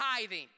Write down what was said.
tithing